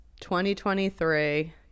2023